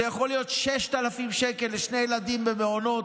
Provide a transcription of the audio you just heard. זה יכול להיות 6,000 שקלים לשני ילדים במעונות,